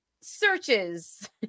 searches